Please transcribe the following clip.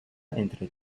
entre